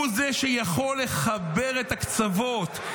הוא זה שיכול לחבר את הקצוות,